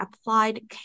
applied